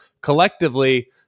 collectively